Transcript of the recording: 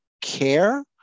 care